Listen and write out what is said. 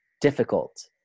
difficult